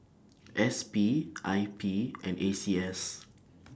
S P I P and A C S